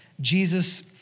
Jesus